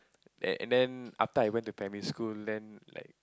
and then after I went to primary then like